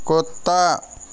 कुत्ता